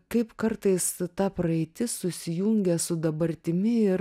kaip kartais ta praeitis susijungia su dabartimi ir